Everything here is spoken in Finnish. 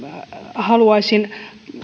haluaisin